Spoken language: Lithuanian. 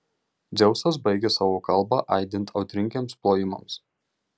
dzeusas baigė savo kalbą aidint audringiems plojimams